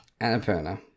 Annapurna